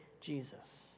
Jesus